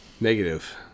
Negative